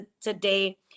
today